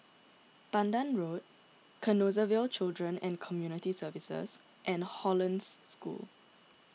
Pandan Road Canossaville Children and Community Services and Hollandse School